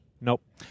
Nope